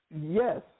Yes